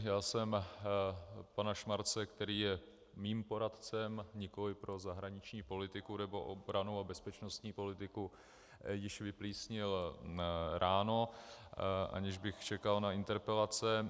Já jsem pana Schmarze, který je mým poradcem, nikoliv pro zahraniční politiku nebo obrannou a bezpečnostní politiku, již vyplísnil ráno, aniž bych čekal na interpelace.